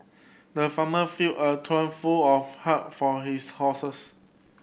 the farmer filled a trough full of hay for his horses